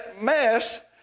mess